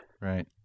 Right